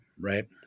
Right